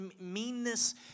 meanness